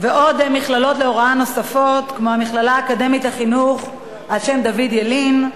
ומכללות להוראה נוספות כמו המכללה האקדמית לחינוך על שם דוד ילין,